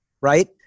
right